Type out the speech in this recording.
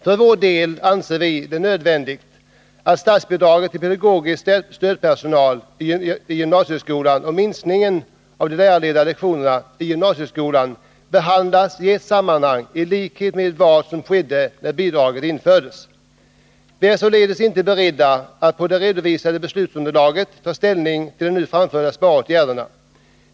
För vår del anser vi det nödvändigt att statsbidraget till pedagogisk nomiska frågor inför år 1982 stödpersonali gymnasieskolan och minskningen av de lärarledda lektionerna i gymnasieskolan behandlas i ett sammanhang, i likhet med vad som skedde när bidraget infördes. Vi är således inte beredda att på det redovisade beslutsunderlaget ta ställning till de nu föreslagna sparåtgärderna.